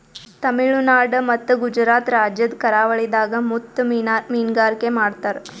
ತಮಿಳುನಾಡ್ ಮತ್ತ್ ಗುಜರಾತ್ ರಾಜ್ಯದ್ ಕರಾವಳಿದಾಗ್ ಮುತ್ತ್ ಮೀನ್ಗಾರಿಕೆ ಮಾಡ್ತರ್